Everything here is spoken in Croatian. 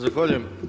Zahvaljujem.